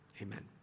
Amen